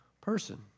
person